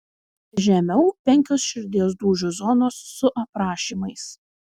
žemiau penkios širdies dūžių zonos su aprašymais